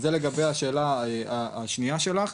אז זה לגבי השאלה השנייה שלך.